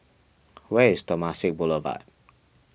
where is Temasek Boulevard